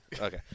Okay